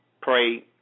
pray